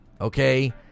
okay